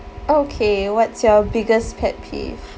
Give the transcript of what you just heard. okay what's your biggest pet peeve